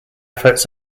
efforts